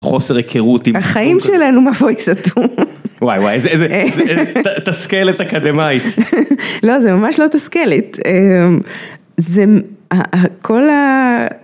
חוסר היכרות. החיים שלנו מבוי סתום. וואי וואי איזה תסכלת אקדמיית. לא זה ממש לא תסכלת, זה כל ה...